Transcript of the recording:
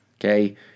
okay